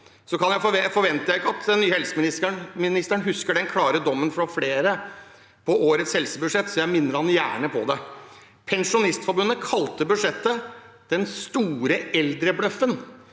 Jeg forventer ikke at den nye helseministeren husker den klare dommen fra flere over årets helsebudsjett, så jeg minner ham gjerne på det. Pensjonistforbundet kalte budsjettet «den store eldrebløffen»,